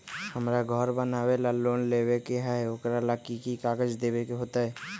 हमरा घर बनाबे ला लोन लेबे के है, ओकरा ला कि कि काग़ज देबे के होयत?